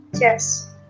Yes